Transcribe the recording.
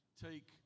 take